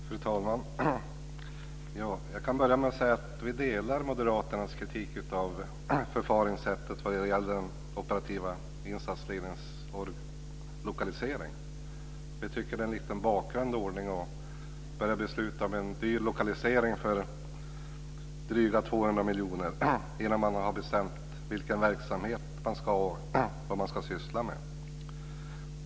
Fru talman! Jag kan börja med att säga att vi delar moderaternas kritik av förfaringssättet vad gäller den operativa insatsledningens lokalisering. Vi tycker att det är en lite bakvänd ordning att börja besluta om en dyr lokalisering för dryga 200 miljoner innan man har bestämt vilken verksamhet man ska ha och vad man ska syssla med.